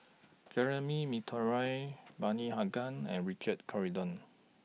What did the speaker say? Jeremy Monteiro Bani Haykal and Richard Corridon